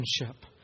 relationship